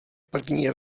první